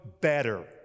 better